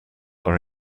are